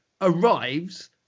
arrives